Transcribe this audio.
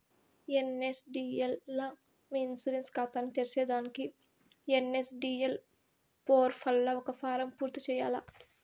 NSDL లా మీ insurance కాతాని తెర్సేదానికి ఎన్.ఎస్.డి.ఎల్ పోర్పల్ల ఒక ఫారం పూర్తి చేయాల్ల